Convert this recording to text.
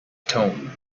tone